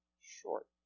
short